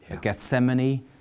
Gethsemane